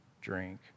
drink